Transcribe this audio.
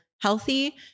healthy